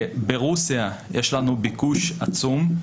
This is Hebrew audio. ברוסיה יש לנו ביקוש עצום,